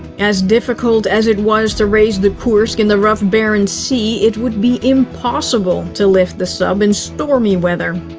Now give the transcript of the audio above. as difficult as it was to raise the kursk in the rough barents sea, it would be impossible to lift the sub in stormy weather.